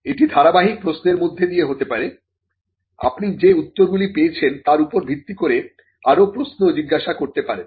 এটি ধারাবাহিক প্রশ্নের মধ্যে দিয়ে হতে পারে আপনি যে উত্তরগুলি পেয়েছেন তার উপর ভিত্তি করে আরো প্রশ্ন জিজ্ঞাসা করতে পারেন